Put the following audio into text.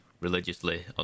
religiously